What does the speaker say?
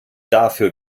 dafür